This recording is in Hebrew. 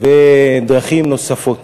ודרכים נוספות.